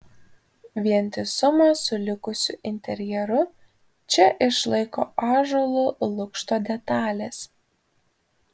vientisumą su likusiu interjeru čia išlaiko ąžuolo lukšto detalės